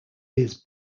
his